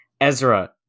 Ezra